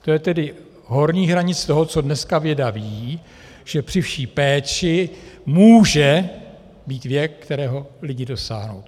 To je tedy horní hranice toho, co dneska věda ví, že při vší péči může být věk, kterého lidi dosáhnou.